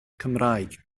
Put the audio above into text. cymraeg